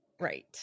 Right